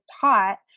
taught